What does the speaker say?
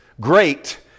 great